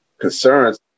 concerns